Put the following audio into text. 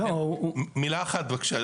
מילה אחת בבקשה,